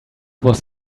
was